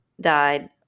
died